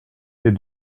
est